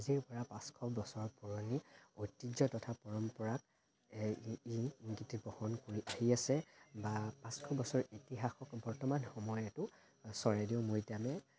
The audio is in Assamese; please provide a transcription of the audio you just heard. আজিৰ পৰা পাঁচশ বছৰ পুৰণি ঐতিহ্য় তথা পৰম্পৰা ই ই গোটেই বহন কৰি আহি আছে বা পাঁচশ বছৰ ইতিহাসত বৰ্তমান সময়তো চৰাইদেউ মৈদামে